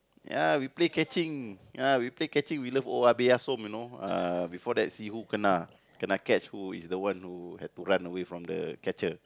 ya we play catching ya we play catching we love owa peya som you know ah before that see who kena kena catch who is the one who had to run away from the catcher